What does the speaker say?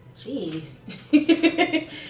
Jeez